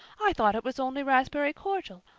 i thought it was only raspberry cordial.